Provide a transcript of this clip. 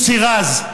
מוסי רז,